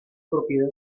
propiedad